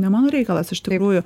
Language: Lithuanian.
ne mano reikalas iš tikrųjų